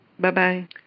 Bye-bye